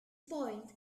point